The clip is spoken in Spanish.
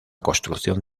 construcción